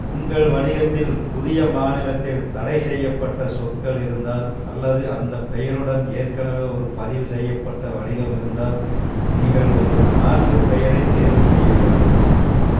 உங்கள் வணிகத்தில் புதிய மாநிலத்தில் தடை செய்யப்பட்ட சொற்கள் இருந்தால் அல்லது அந்த பெயருடன் ஏற்கனவே ஒரு பதிவு செய்யப்பட்ட வணிகம் இருந்தால் நீங்கள் ஒரு மாற்று பெயரைத் தேர்வு செய்ய வேண்டும்